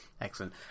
Excellent